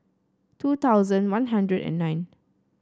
two thousand One Hundred and nine